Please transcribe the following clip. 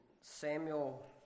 Samuel